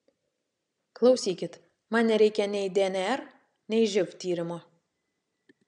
klausykit man nereikia nei dnr nei živ tyrimo